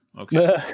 okay